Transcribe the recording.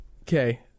Okay